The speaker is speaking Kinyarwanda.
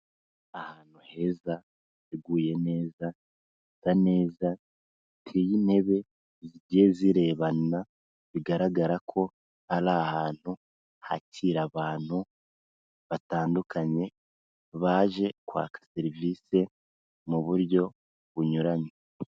Ahantu heza yateguye neza, hasa neza, hateye intebe zigiye zirebana bigaragara ko ari ahantu hakira abantu batandukanye, baje kwaka serivisi mu buryo bunyuranye.